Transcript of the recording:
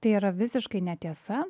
tai yra visiškai netiesa